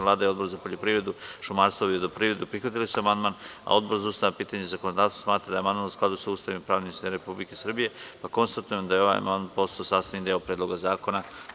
Vlada i Odbor za poljoprivredu, šumarstvo i vodoprivredu prihvatili su amandman, a Odbor za ustavna pitanja i zakonodavstvo smatra da je amandman u skladu sa Ustavom i pravnim sistemom Republike Srbije, pa konstatujem da je ovaj amandman postao sastavni deo Predloga zakona.